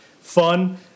fun